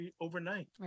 overnight